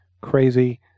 crazy